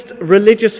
religious